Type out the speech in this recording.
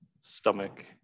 stomach